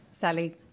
Sally